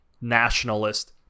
nationalist